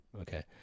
Okay